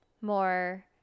more